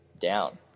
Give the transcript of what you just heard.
down